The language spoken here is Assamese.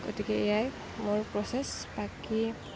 গতিকে এয়াই মই প্ৰচেছ বাকী